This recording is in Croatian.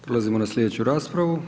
Prelazimo na sljedeću raspravu.